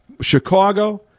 Chicago